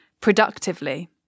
productively